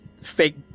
fake